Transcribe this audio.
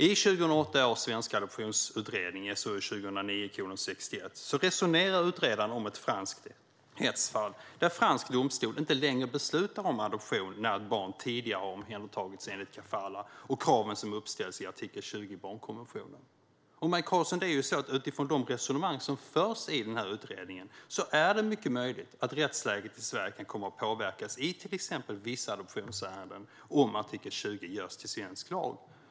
I 2008 års svenska adoptionsutredning, SOU 2009:61, resonerar utredaren om ett franskt rättsfall där fransk domstol inte längre beslutar om adoption när ett barn tidigare har omhändertagits enligt kafalah och kraven som uppställs i artikel 20 barnkonventionen. Utifrån de resonemang som förs i den här utredningen är det mycket möjligt, Maj Karlsson, att rättsläget i Sverige kan komma att påverkas i till exempel vissa adoptionsärenden om artikel 20 görs till svensk lag.